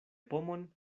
pomon